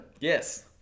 yes